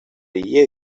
year